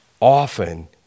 often